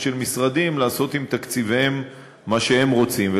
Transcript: של משרדים לעשות עם תקציביהם מה שהם רוצים.